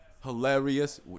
Hilarious